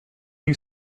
you